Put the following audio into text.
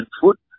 foot